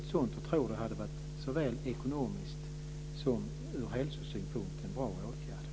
Ett sådant förtroende hade varit en bra åtgärd, både ekonomiskt och ur hälsosynpunkt.